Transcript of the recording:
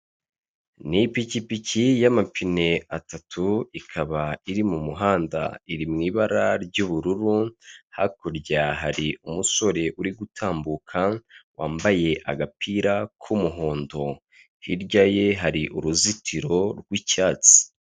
Ni ipikipiki y'amapine atatu, ikaba iri mu muhanda. Iri mu ibara ry'ubururu, hakurya hari umusore uri gutambuka, wambaye agapira k'umuhondo. Hirya ye hari uruzitiro rw'icyatsi.